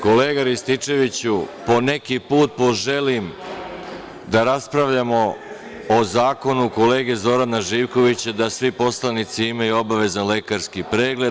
Kolega Rističeviću, po neki put poželim da raspravljamo o zakonu kolege Zorana Živkovića da svi poslanici imaju obavezan lekarski pregled.